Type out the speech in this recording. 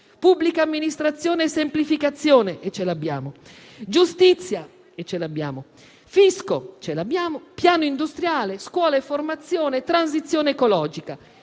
pubblica amministrazione e semplificazione (ce l'abbiamo), giustizia (ce l'abbiamo), fisco (ce l'abbiamo), piano industriale, scuola e formazione, transizione ecologica.